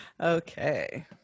Okay